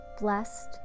blessed